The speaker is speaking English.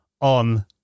on